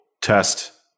test